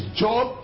job